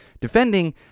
defending